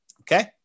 Okay